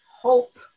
hope